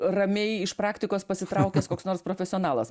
ramiai iš praktikos pasitraukęs koks nors profesionalas